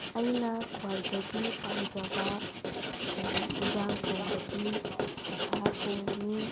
ꯑꯩꯅ ꯈ꯭ꯋꯥꯏꯗꯒꯤ ꯄꯥꯝꯖꯕ ꯌꯦꯟꯁꯥꯡ ꯊꯣꯡꯕꯗꯤ ꯁꯟꯁꯥ ꯊꯣꯡꯕꯅꯤ